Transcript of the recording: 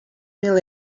mil